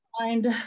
find